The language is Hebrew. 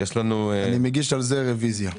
אני מגיש על זה רוויזיה.